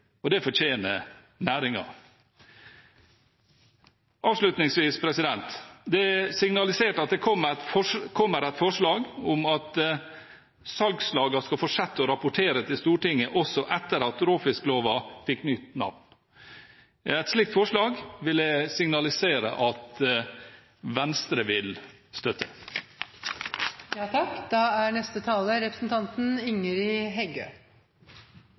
og det fortjener næringen. Avslutningsvis: Det er signalisert at det kommer et forslag om at salgslagene skal fortsette å rapportere til Stortinget også etter at råfiskloven fikk nytt navn. Et slikt forslag vil jeg signalisere at Venstre vil støtte. Takk